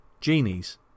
genies